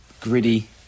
gritty